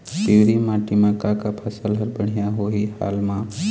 पिवरी माटी म का का फसल हर बढ़िया होही हाल मा?